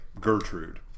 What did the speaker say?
Gertrude